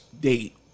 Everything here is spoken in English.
date